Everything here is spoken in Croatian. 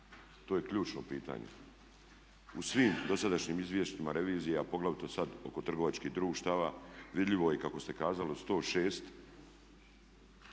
To je ključno pitanje. U svim dosadašnjim izvješćima revizija a poglavito sada oko trgovačkih društava vidljivo je kako ste kazali od 106